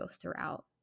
throughout